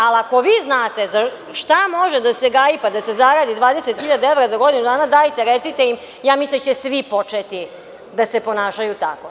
Ako vi znate šta može da se gaji da se zaradi 20.000 evra za godinu dana, dajte recite im, ja mislim da će svi početi da se ponašaju tako.